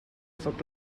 foc